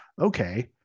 okay